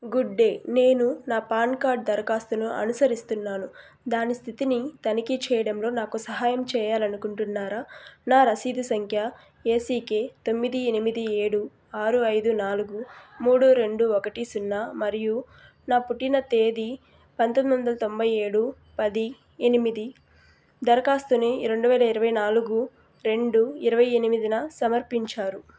గుడ్డే నేను నా PAN card దరఖాస్తును అనుసరిస్తున్నాను దాని స్థితిని తనిఖీ చెయ్యడంలో నాకు సహాయం చెయ్యాలనుకుంటున్నారా నా రసీదు సంఖ్య ఏసీకే తొమ్మిది ఎనిమిది ఏడు ఆరు ఐదు నాలుగు మూడు రెండు ఒకటి సున్నా మరియు నా పుట్టిన తేదీ పంతొమ్మిది వందల తొంబై ఏడు పది ఎనిమిది దరఖాస్తుని రెండు వేల ఇరవై నాలుగు రెండు ఇరవై ఎనిమిదిన సమర్పించారు